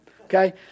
okay